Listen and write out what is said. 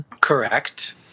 Correct